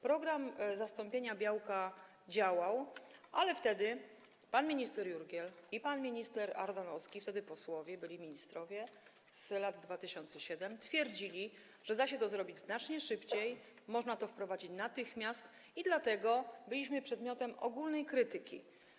Program zastąpienia białka działał, ale pan minister Jurgiel i pan minister Ardanowski, wtedy posłowie, byli ministrowie z 2007 r., twierdzili, że da się to zrobić znacznie szybciej, można to wprowadzić natychmiast i dlatego byliśmy przedmiotem ogólnej krytyki.